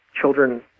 children